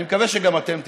אני מקווה שגם אתם תזדהו.